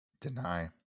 Deny